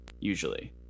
usually